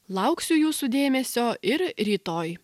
lauksiu jūsų dėmesio ir rytoj